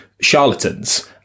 charlatans